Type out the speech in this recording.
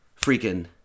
freaking